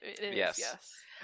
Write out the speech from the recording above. yes